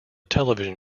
television